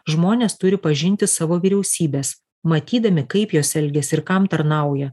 žmonės turi pažinti savo vyriausybes matydami kaip jos elgiasi ir kam tarnauja